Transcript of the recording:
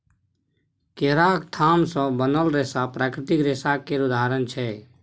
केराक थाम सँ बनल रेशा प्राकृतिक रेशा केर उदाहरण छै